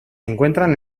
encuentran